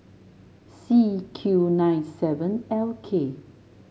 C Q nine seven L K